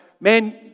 man